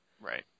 Right